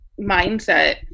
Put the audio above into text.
mindset